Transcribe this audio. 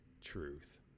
truth